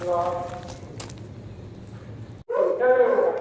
hello ம் சொல்லுங்கள் madam